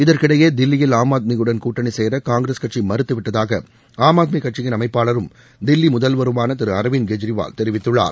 இதற்கிடையே தில்லியில் ஆம் ஆத்மியுடன் கூட்டனி சேர காங்கிரஸ் கட்சி மறுத்து விட்டதாக ஆம் ஆத்மி கட்சியின் அமைப்பாளரும் தில்லி முதல்வருமான திரு அரவிந்த் கஜ்ரிவால் தெரிவித்துள்ளார்